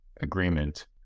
agreement